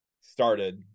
started